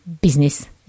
business